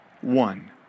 one